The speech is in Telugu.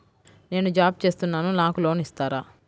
నేను జాబ్ చేస్తున్నాను నాకు లోన్ ఇస్తారా?